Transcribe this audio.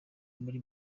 muri